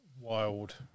wild